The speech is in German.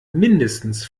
mindestens